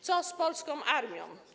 Co z polską armią?